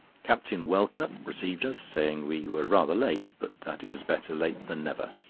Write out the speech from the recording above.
captain welcut received us, saying we were rather late, but that it was better late than never.